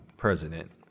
President